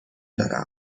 دارم